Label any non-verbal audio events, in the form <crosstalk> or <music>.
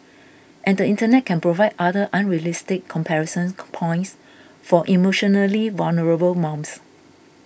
and the Internet can provide other unrealistic comparison <noise> points for emotionally vulnerable mums